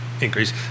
increase